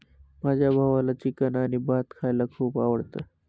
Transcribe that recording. माझ्या भावाला चिकन आणि भात खायला खूप आवडतं